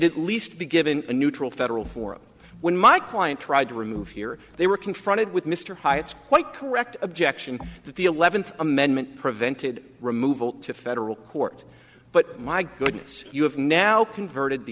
did least be given a neutral federal forum when my client tried to remove here they were confronted with mr hyatt's quite correct objection that the eleventh amendment prevented removal to federal court but my goodness you have now converted the